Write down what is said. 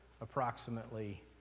approximately